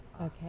Okay